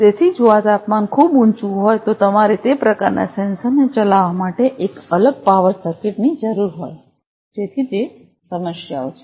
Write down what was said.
તેથી જો આ તાપમાન ખૂબ ઉંચું હોય તો તમારે તે પ્રકારના સેન્સરને ચલાવવા માટે એક અલગ પાવર સર્કિટની જરૂર હોય જેથી તે સમસ્યાઓ છે